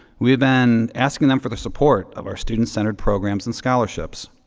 we've been asking them for the support of our student-centered programs and scholarships.